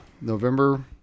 November